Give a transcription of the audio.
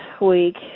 week